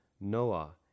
Noah